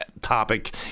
topic